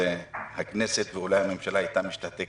הכנסת ואולי הממשלה הייתה משתתקת לגמרי.